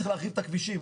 צריך להרחיב את הכבישים.